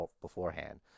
beforehand